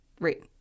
Right